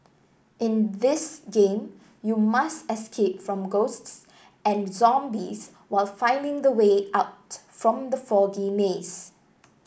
in this game you must escape from ghosts and zombies while finding the way out from the foggy maze